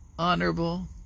Honorable